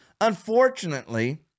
Unfortunately